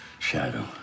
Shadow